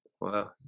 Wow